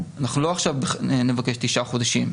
אנחנו לא נבקש עכשיו תשעה חודשים.